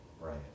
Right